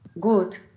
good